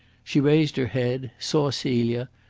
she raised her head, saw celia,